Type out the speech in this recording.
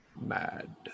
mad